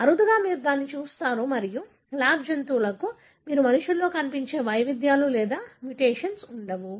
అరుదుగా మీరు దాన్ని చూస్తారు మరియు ల్యాబ్ జంతువులకు మీరు మనుషుల్లో కనిపించే వైవిధ్యాలు లేదా మ్యుటేషన్ ఉండదు